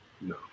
no